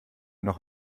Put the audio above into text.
noch